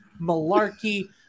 malarkey